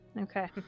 Okay